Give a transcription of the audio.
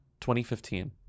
2015